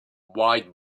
wide